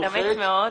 מתאמץ מאוד.